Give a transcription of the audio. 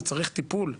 זה צריך טיפול,